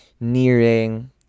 nearing